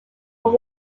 will